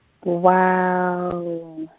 Wow